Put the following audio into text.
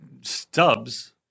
stubs